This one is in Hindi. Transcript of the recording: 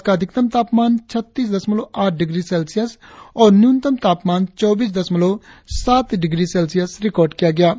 आज का अधिकतम तापमान छत्तीस दशमलव आठ डिग्री सेल्सियस और न्यूनतम तापमान चौबीस दशमलव सात डिग्री सेल्सियस रिकार्ड किया गया